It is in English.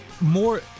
more